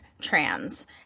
trans